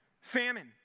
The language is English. famine